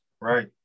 right